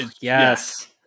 yes